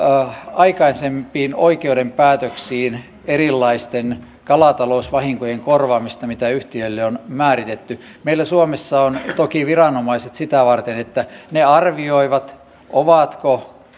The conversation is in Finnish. aikaisempiin oikeuden päätöksiin erilaisten kalatalousvahinkojen korvaamisesta mitä yhtiöille on määritetty meillä suomessa on toki viranomaiset sitä varten että ne arvioivat ovatko